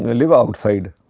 live outside.